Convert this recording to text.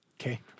okay